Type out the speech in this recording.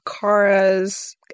Kara's